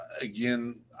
again –